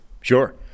sure